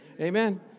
Amen